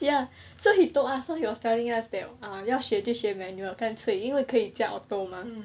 ya so he told us so he was telling us that err 要学就学 manual 的干脆因为可以驾 auto mah